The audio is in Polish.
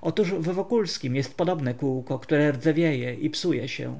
otóż w wokulskim jest podobne kółko które rdzawieje i psuje się